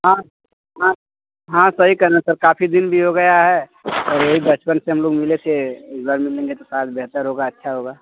हाँ हाँ हाँ सही कह रहे हैं सर काफी दिन भी हो गया है और यही बचपन से हम लोग मिले थे इस बार मिल लेंगे तो शायद बेहतर होगा अच्छा होगा